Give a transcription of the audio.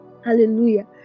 hallelujah